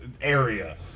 area